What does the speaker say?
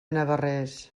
navarrés